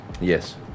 Yes